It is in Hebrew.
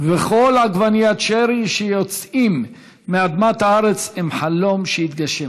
וכל עגבניית שרי שיוצאים מאדמת הארץ הם חלום שהתגשם.